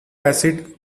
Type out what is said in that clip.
acid